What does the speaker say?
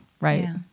Right